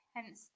Hence